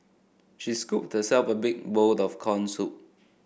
she scooped herself a big bowl of corn soup